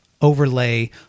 overlay